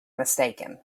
mistaken